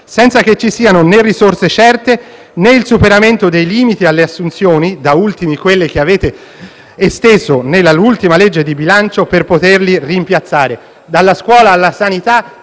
senza che ci siano né risorse certe, né il superamento dei limiti alle assunzioni, da ultimi quelli che avete esteso nell'ultima legge di bilancio per poterli rimpiazzare. Dalla scuola alla sanità